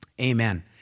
Amen